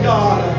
God